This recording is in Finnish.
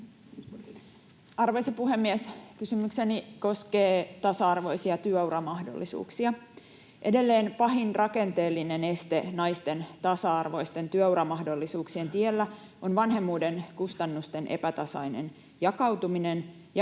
Arvoisa puhemies! Kysymykseni koskee tasa-arvoisia työuramahdollisuuksia. Edelleen pahin rakenteellinen este naisten tasa-arvoisten työuramahdollisuuksien tiellä on vanhemmuuden kustannusten epätasainen jakautuminen ja